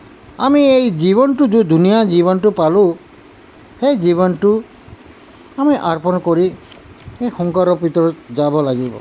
আমি এই জীৱনটো যে ধুনীয়া জীৱনটো পালো সেই জীৱনটো আমি অৰ্পণ কৰি এই সংসাৰৰ ভিতৰত যাব লাগিব